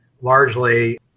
largely